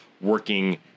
working